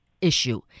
issue